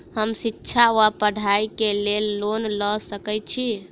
हम शिक्षा वा पढ़ाई केँ लेल लोन लऽ सकै छी?